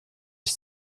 ich